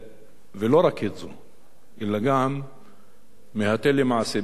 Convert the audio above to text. ולא רק זו אלא גם מהתל למעשה בכל העולם.